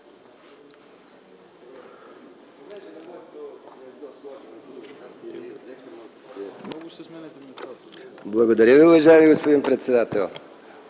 Благодаря, уважаеми господин председател.